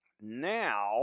Now